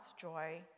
joy